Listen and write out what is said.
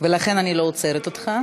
ולכן אני לא עוצרת אותך.